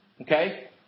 Okay